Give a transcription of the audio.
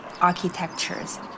architectures